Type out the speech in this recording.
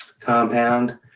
compound